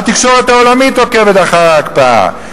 התקשורת העולמית עוקבת אחר ההקפאה,